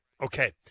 Okay